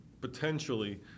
potentially